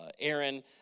Aaron